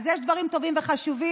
אז יש דברים טובים וחשובים.